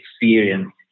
experience